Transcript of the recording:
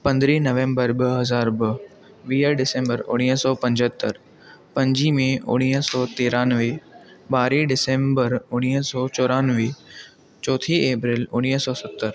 पंदरहीं नवम्बर ॿ हज़ार ॿ वीह डिसम्बर उणवीह सौ पंजहतर पंजहीं मेय उणवीह सौ टियानवे ॿारहं डिसेम्बर उणवीह सौ चोरानवे चोथी अप्रेल उणवीह सौ सतर